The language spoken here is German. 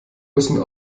müssen